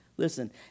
Listen